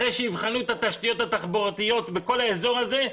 אחרי שיבחנו את התשתיות התחבורתיות בכל האזור הזה.